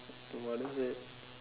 what is it